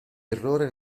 errore